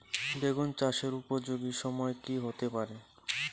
বেগুন চাষের উপযোগী সময় কি হতে পারে?